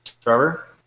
Trevor